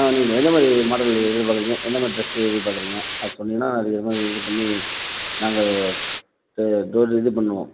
ஆ நீங்கள் எந்த மாதிரி மாடல் எதிர்பார்க்குறீங்க எந்த மாதிரி ட்ரெஸ்ஸு எதிர்பார்க்குறீங்க அது சொன்னிங்கன்னா அது எ மாதிரி இது பண்ணி நாங்கள் டோர் இது பண்ணுவோம்